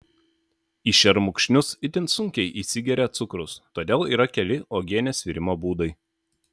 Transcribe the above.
į šermukšnius itin sunkiai įsigeria cukrus todėl yra keli uogienės virimo būdai